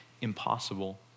impossible